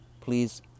Please